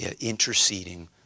interceding